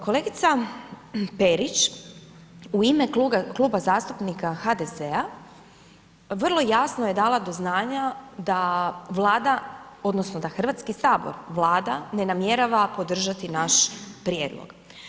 Kolegica Perić u ime Kluba zastupnika HDZ-a vrlo jasno je dala do znanja, da Vlada odnosno da Hrvatski sabor, Vlada ne namjerava podržati naš prijedlog.